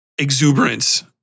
Exuberance